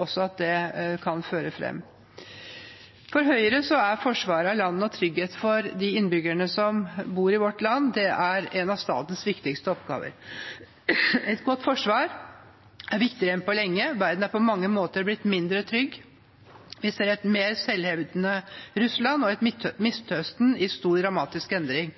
også at det kan føre fram. For Høyre er forsvar av landet og trygghet for de innbyggerne som bor i vårt land, en av statens viktigste oppgaver. Et godt forsvar er viktigere enn på lenge. Verden er på mange måter blitt mindre trygg. Vi ser et mer selvhevdende Russland og et Midtøsten i stor, dramatisk endring.